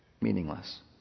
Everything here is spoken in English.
meaningless